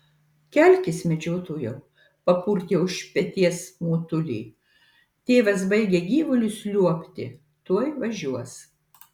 kelkis medžiotojau papurtė už peties motulė tėvas baigia gyvulius liuobti tuoj važiuos